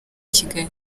kigali